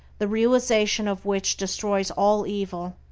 the realization of which destroys all evil.